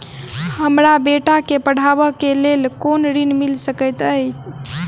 हमरा बेटा केँ पढ़ाबै केँ लेल केँ ऋण मिल सकैत अई?